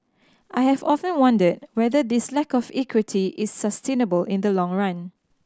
I have often wondered whether this lack of equity is sustainable in the long run